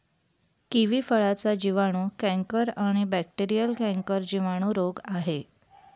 kiwi फळाचा जिवाणू canker आणि बॅक्टेरीयल कैंकर जिवाणू रोग आहे